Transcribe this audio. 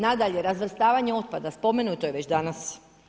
Nadalje, razvrstavanje otpada, spomenuto je već danas.